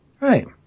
Right